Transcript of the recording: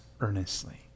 earnestly